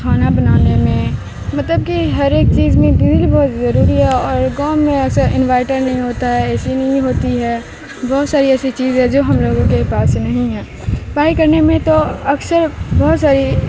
کھانا بنانے میں مطلب کہ ہر ایک چیز میں بجلی بہت ضروری ہے اور گاؤں میں اکثر انویٹر نہیں ہوتا ہے اے سی نہیں ہوتی ہے بہت ساری ایسی چیز ہے جو ہم لوگوں کے پاس نہیں ہیں پڑھائی کرنے میں تو اکثر بہت ساری